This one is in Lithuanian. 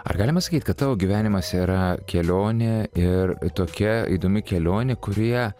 ar galima sakyt kad tavo gyvenimas yra kelionė ir tokia įdomi kelionė kurioje